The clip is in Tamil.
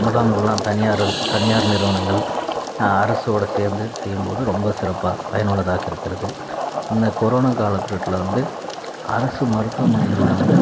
முகாம்கள்லாம் தனியாரு தனியார் நிறுவனங்கள் அரசோடு சேர்ந்து செய்யும்போது ரொம்ப சிறப்பாக பயனுள்ளதாக இருக்கிறது இன்ன கொரோனா காலக்கட்ல வந்து அரசு மருத்துவமனைகளில் வந்து